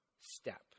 step